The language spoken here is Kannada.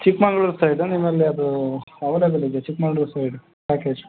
ಚಿಕ್ಕಮಗ್ಳೂರ್ ಸೈಡ್ ನಿಮ್ಮಲ್ಲಿ ಅದು ಅವೈಲೇಬಲ್ ಇದೆಯಾ ಚಿಕ್ಕಮಗ್ಳೂರ್ ಸೈಡ್ ಪ್ಯಾಕೇಜ್